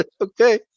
Okay